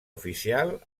oficial